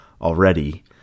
already